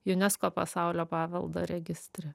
unesco pasaulio paveldo registre